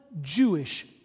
Jewish